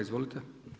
Izvolite.